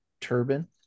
turban